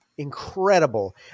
incredible